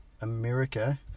America